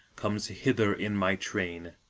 comes hither in my train,